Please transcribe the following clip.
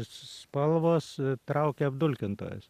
spalvos traukia apdulkintojus